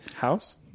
House